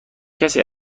کسی